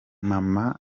mama